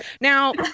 Now